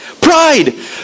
Pride